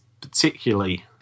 particularly